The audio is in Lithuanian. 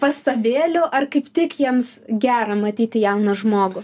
pastabėlių ar kaip tik jiems gera matyti jauną žmogų